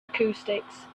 acoustics